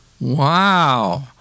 wow